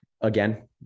Again